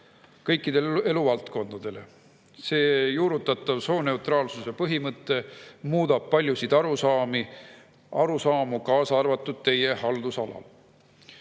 kõikidele eluvaldkondadele. See juurutatav sooneutraalsuse põhimõte muudab paljusid arusaamu, kaasa arvatud teie haldusalas.